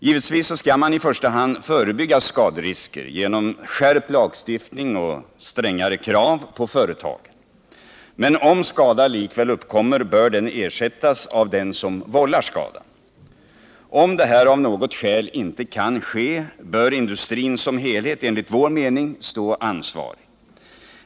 Givetvis skall man i första hand förebygga skaderisker genom skärpt lagstiftning och strängare krav på företagen. Men om skada likväl uppkommer bör den ersättas av den som vållar skadan. Om detta av något skäl inte kan ske bör industrin som helhet enligt vår mening stå ansvarig.